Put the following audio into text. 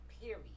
period